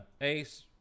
Ace